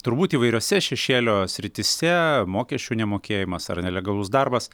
turbūt įvairiose šešėlio srityse mokesčių nemokėjimas ar nelegalus darbas